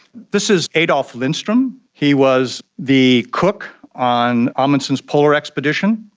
this is adolf lindstrom, he was the cook on amundsen's polar expedition.